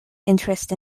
interest